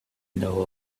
know